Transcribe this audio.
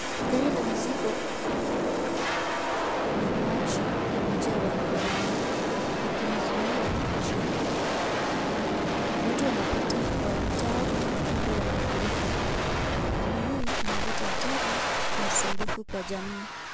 Gari la mizigo imepinduka na maji imejaa barabarani yakizuia njia. Watu wanapita kwa taabu kando ya mafuriko. Hali hii inaleta hatari na usumbufu kwa jamii.